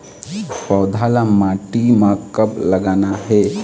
पौधा ला माटी म कब लगाना हे?